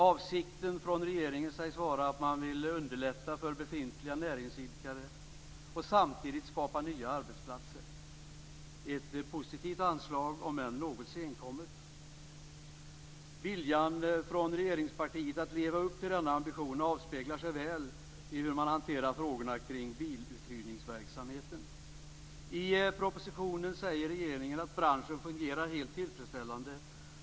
Avsikten från regeringen sägs vara att den vill underlätta för befintliga näringsidkare och samtidigt skapa nya arbetsplatser. Det är ett positivt anslag, om än något senkommet. Viljan från regeringspartiet att leva upp till denna ambition avspeglar sig väl i hur man hanterar frågorna kring biluthyrningsverksamheten. I propositionen säger regeringen att branschen fungerar helt tillfredsställande.